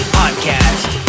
podcast